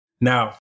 Now